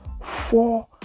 Four